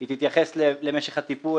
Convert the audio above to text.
שהיא תתייחס למשך הטיפול,